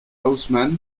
haussmann